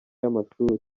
y’amashuri